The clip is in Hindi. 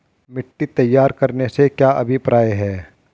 मिट्टी तैयार करने से क्या अभिप्राय है?